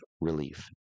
relief